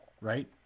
Right